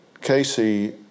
Casey